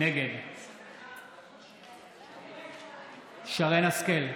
נגד שרן מרים השכל,